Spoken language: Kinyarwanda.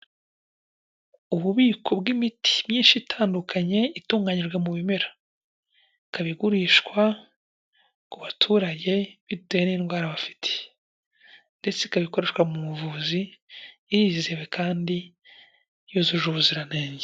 Ububiko bw'imiti myinshi itandukanye itunganyijwe mu bimera ikaba igurishwa ku baturage bitewe n'indwara bafite, ndetse ikaba ikoreshwa mu buvuzi irizewe kandi yujuje ubuziranenge.